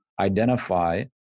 identify